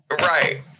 Right